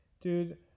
Dude